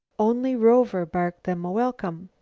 only rover barked them a welcome.